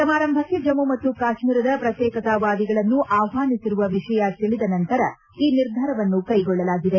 ಸಮಾರಂಭಕ್ಕೆ ಜಮ್ಮ ಮತ್ತು ಕಾಶ್ಮೀರದ ಪ್ರತ್ಯೇಕತಾವಾದಿಗಳನ್ನು ಆಹ್ವಾನಿಸಿರುವ ವಿಷಯ ತಿಳಿದ ನಂತರ ಈ ನಿರ್ಧಾರವನ್ನು ಕ್ವೆಗೊಳ್ಳಲಾಗಿದೆ